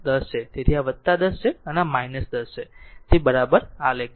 તેથી આ 10 છે આ 10 છે તે બરાબર આલેખ છે